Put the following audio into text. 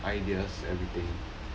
ideas everything